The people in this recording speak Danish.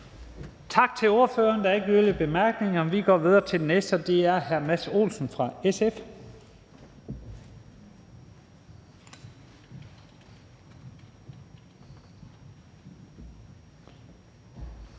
Tak til ordføreren. Der er ingen korte bemærkninger. Vi går videre til den næste. Det er hr. Mads Olsen fra SF.